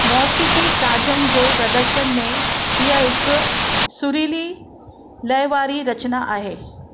मौसिक़ी साज़नि जे प्रदर्शन में हीअ हिकु सुरीली लय वारी रचना आहे